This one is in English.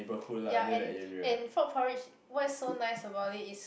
ya and and frog porridge what's so nice about it is